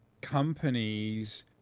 companies